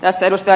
tässä ed